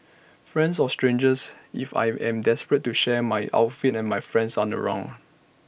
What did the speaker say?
friends or strangers if I am desperate to share my outfit and my friends aren't around